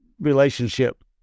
relationship